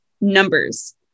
numbers